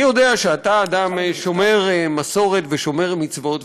אני יודע שאתה אדם שומר מסורת ושומר מצוות,